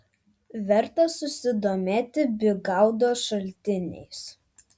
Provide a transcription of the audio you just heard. verta susidomėti bygaudo šaltiniais